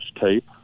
tape